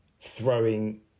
throwing